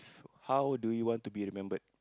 how do you want to be remembered